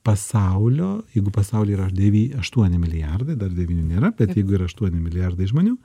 pasaulio jeigu pasaulyje yra devy aštuoni milijardai dar devynių nėra bet jeigu yra aštuoni milijardai žmonių